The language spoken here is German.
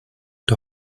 der